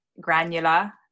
granular